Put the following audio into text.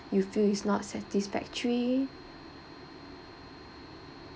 you feel is not satisfactory